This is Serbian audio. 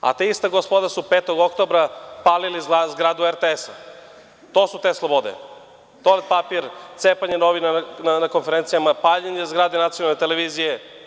A, ta ista gospoda su 5. oktobra palili zgradu RTS-a, to su te slobode, toalet papir, cepanje novina na konferenciji, paljenje zgrade nacionalne televizije.